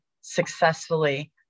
successfully